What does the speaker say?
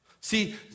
See